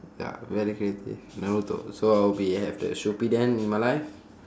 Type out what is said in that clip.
ya very creative naruto so I will be have the shippuden in my life